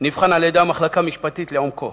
נבחן על-ידי המחלקה המשפטית לעומקו